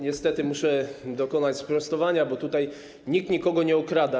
Niestety muszę dokonać sprostowania, bo tutaj nikt nikogo nie okrada.